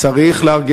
צריך להרגיע.